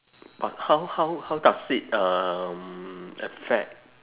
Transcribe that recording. but how how how does it um affect